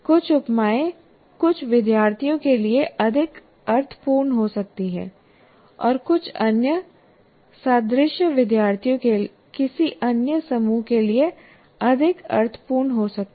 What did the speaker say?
कुछ उपमाएँ कुछ विद्यार्थियों के लिए अधिक अर्थपूर्ण हो सकती हैं और कुछ अन्य सादृश्य विद्यार्थियों के किसी अन्य समूह के लिए अधिक अर्थपूर्ण हो सकते हैं